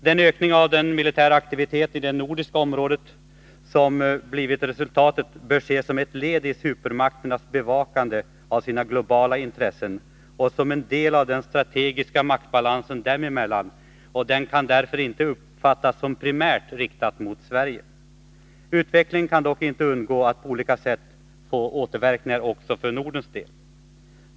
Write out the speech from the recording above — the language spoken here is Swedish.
Den ökning av den militära aktiviteten i det nordiska området som blivit resultatet bör ses som ett led i supermakternas bevakande av sina globala intressen och som en del av den strategiska maktbalansen dem emellan, och den kan därför inte uppfattas som primärt riktad mot Sverige. Utvecklingen kan dock inte undgå att på olika sätt få återverkningar också för Nordens del.